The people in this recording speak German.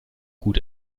gut